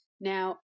Now